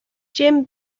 jim